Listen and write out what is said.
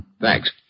Thanks